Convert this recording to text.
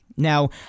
Now